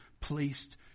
placed